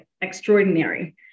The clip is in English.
extraordinary